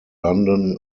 london